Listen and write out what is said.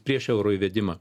prieš euro įvedimą